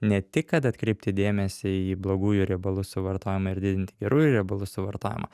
ne tik kad atkreipti dėmesį į blogųjų riebalų suvartojimą ir didinti gerųjų riebalų suvartojimą